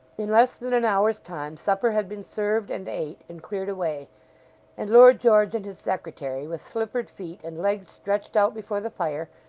in less than an hour's time, supper had been served, and ate, and cleared away and lord george and his secretary, with slippered feet, and legs stretched out before the fire,